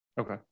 Okay